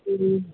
ହୁଁ